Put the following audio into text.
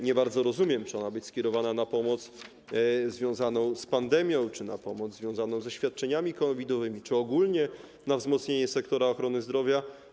Nie bardzo rozumiem, czy ma być skierowana na pomoc związaną z pandemią, czy na pomoc związaną ze świadczeniami COVID-owymi, czy ogólnie na wzmocnienie sektora ochrony zdrowia.